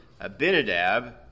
Abinadab